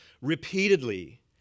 repeatedly